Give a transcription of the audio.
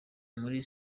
muri